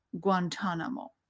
Guantanamo